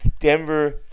Denver